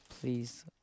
please